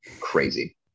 crazy